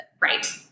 Right